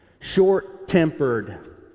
short-tempered